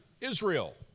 Israel